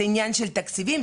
זה עניין של תקציבים,